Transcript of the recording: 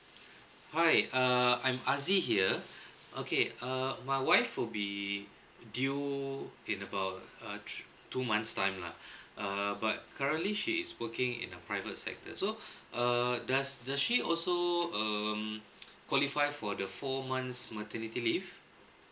hi uh I'm azie here okay uh my wife will be due in about uh thr~ two months time lah err but currently she is working in a private sector so err does does she also um qualified for the four months maternity leave